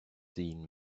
seen